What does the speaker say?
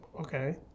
Okay